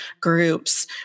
groups